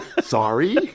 sorry